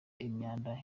imyanda